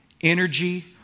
energy